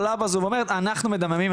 עולם בזום ואומרת לכם "אנחנו מדממים,